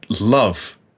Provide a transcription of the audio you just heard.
love